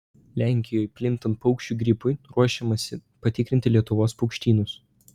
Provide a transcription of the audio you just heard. lenkijoje plintant paukščių gripui ruošiamasi patikrinti lietuvos paukštynus